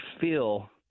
feel